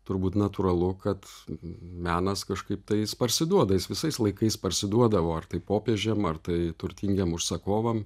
turbūt natūralu kad menas kažkaip tai jis parsiduoda jis visais laikais parsiduodavo ar tai popiežiam ar tai turtingiem užsakovam